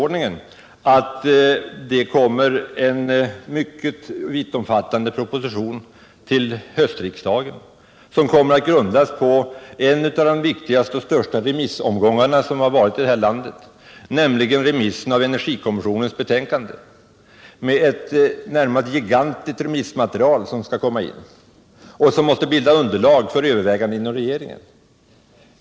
Det kommer en mycket vittomfattande proposition till höstriksdagen som grundas på en av de största och viktigaste remissomgångar som förekommit i det här landet, remissen av energikommissionens betänkande. Det är ett närmast gigantiskt remissmaterial som skall komma in och som måste bilda underlag för överväganden inom regeringen.